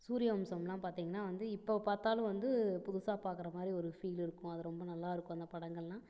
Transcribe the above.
சூரியவம்சம்லாம் பார்த்தீங்கன்னா வந்து இப்போ பார்த்தாலும் வந்து புதுசாக பார்க்கற மாதிரி ஒரு ஃபீல் இருக்கும் அது ரொம்ப நல்லாருக்கும் அந்த படங்கள்லாம்